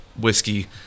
whiskey